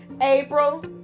April